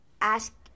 ask